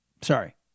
Sorry